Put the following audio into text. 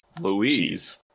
Louise